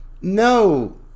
no